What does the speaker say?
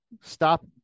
stop